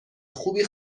خوبی